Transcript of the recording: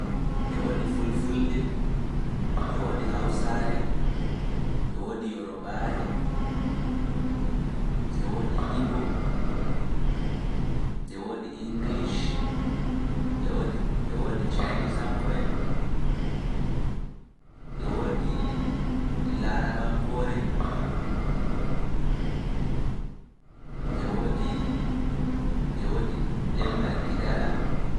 E woodi Fulfulde, e woodi Hawsaare, e woodi Yorobaare, e woodi Ibo, e woodi Engleish, e woodi cayniisaŋkoo'en, e woodi Larabankoore, e woodi ɗemngal iGala.